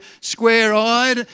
square-eyed